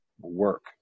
work